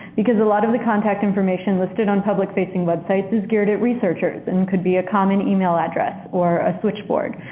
because a lot of the contact information listed on public facing websites is geared at researchers and could be a common email address or a switchboard.